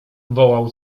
wołał